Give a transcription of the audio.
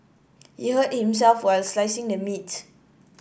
he hurt himself while slicing the meat